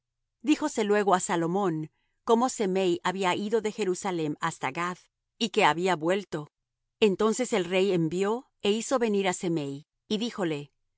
gath díjose luego á salomón como semei había ido de jerusalem hasta gath y que había vuelto entonces el rey envió é hizo venir á semei y díjole